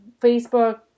facebook